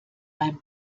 beim